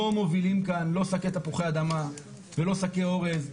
לא מובילים כאן, לא שקי תפוחי אדמה ולא שקי אורז.